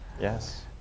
Yes